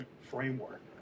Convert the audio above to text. framework